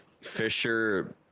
Fisher